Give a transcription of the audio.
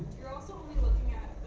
you're also only looking at